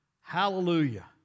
Hallelujah